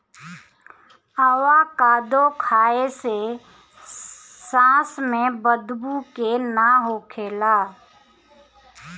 avocado खाए से सांस में बदबू के ना होखेला